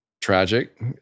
tragic